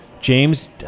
james